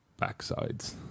backsides